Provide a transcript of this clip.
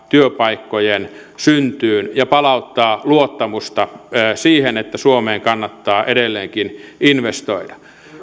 työpaikkojen syntyyn ja palauttaa luottamusta siihen että suomeen kannattaa edelleenkin investoida